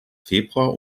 februar